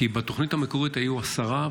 בתוכנית המקורית היו עשרה,